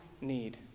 need